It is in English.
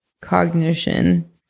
cognition